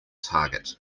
target